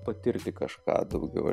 patirti kažką daugiau